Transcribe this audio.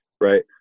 Right